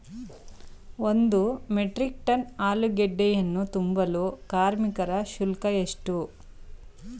ಒಂದು metric ton ಆಲೂಗೆಡ್ಡೆಯನ್ನು ತುಂಬಲು ಕಾರ್ಮಿಕರ ಶುಲ್ಕ ಎಷ್ಟು?